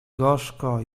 gorzko